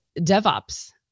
DevOps